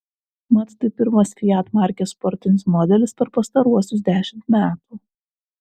mat tai pirmas fiat markės sportinis modelis per pastaruosius dešimt metų